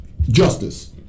justice